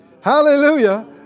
Hallelujah